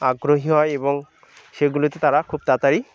আগ্রহী হয় এবং সেগুলোতে তারা খুব তাড়াতাড়ি